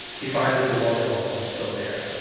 he finds that the wall telephone is still there.